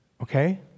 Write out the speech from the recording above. okay